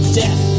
death